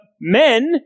men